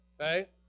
okay